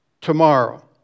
Tomorrow